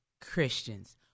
Christians